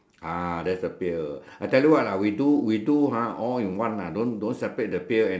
(uh huh) you can't see ah maybe your your your maybe your paper old paper already